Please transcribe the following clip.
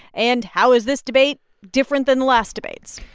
and how is this debate different than the last debates?